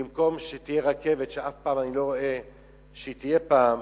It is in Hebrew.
במקום שתהיה רכבת, שאני לא רואה שהיא תהיה פעם,